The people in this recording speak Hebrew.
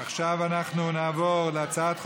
עכשיו אנחנו נעבור להצעת חוק-יסוד: